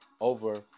over